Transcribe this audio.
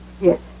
Yes